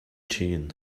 chain